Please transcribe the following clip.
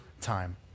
time